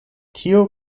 tiu